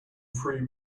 free